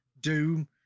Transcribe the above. Doom